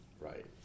Right